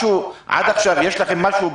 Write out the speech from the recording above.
עד עכשיו יש לכם משהו ביד?